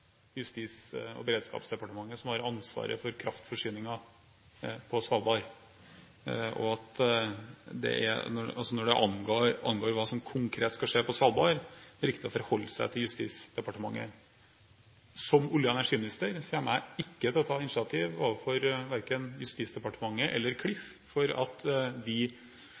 Justis- og beredskapsdepartementet som har ansvaret for kraftforsyningen på Svalbard, og når det angår hva som konkret skal skje på Svalbard, er det riktig å forholde seg til Justisdepartementet. Som olje- og energiminister kommer jeg ikke til å ta initiativ overfor verken Justisdepartementet eller Klif for at de